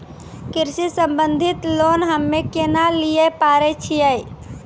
कृषि संबंधित लोन हम्मय केना लिये पारे छियै?